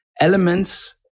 elements